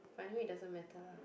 but anyway it doesn't matter lah